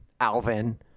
Alvin